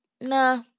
nah